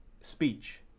speech